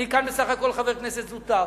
אני כאן בסך הכול חבר כנסת זוטר.